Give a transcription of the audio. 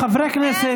חברי הכנסת,